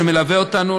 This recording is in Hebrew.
שמלווה אותנו,